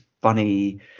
funny